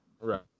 Right